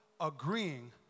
agreeing